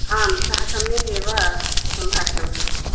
आम् सः सम्यगेव सम्भाषणं कृतम्